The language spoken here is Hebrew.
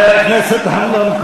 בעמוד 20,